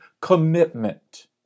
commitment